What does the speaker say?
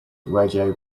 radio